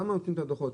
למה נותנים את הדוחות,